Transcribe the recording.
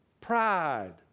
pride